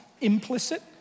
implicit